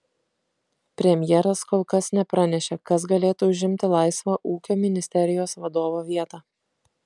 premjeras kol kas nepranešė kas galėtų užimti laisvą ūkio ministerijos vadovo vietą